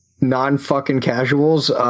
non-fucking-casuals